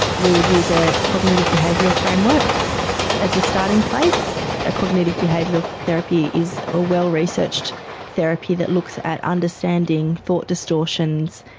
we would use a cognitive behavioural framework as a starting place. ah cognitive behavioural therapy is a well researched therapy that looks at understanding thought distortions,